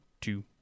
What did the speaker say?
two